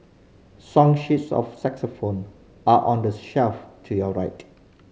song sheets of xylophone are on the shelf to your right